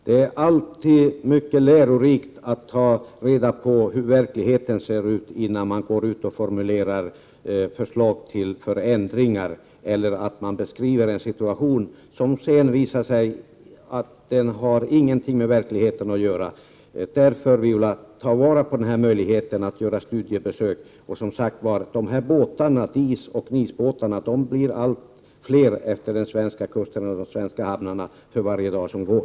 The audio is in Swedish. Det är alltid mycket lärorikt, och det är nyttigt att ta reda på hur verkligheten ser ut innan man går ut och formulerar förslag till förändringar eller ger en beskrivning av en situation som sedan visar sig inte ha någonting med verkligheten att göra. Därför, Viola Claesson, ta vara på möjligheten att göra studiebesök! Och, som sagt, DIS och NIS-båtarna blir allt fler efter de svenska kusterna och i de svenska hamnarna för varje dag som går.